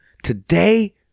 Today